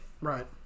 Right